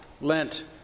Lent